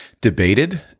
debated